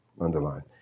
underline